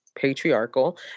Patriarchal